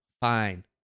fine